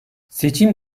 seçim